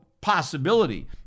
possibility